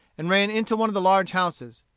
and ran into one of the large houses.